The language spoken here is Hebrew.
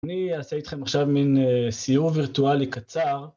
אני אעשה איתכם עכשיו מין סיור וירטואלי קצר.